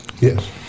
Yes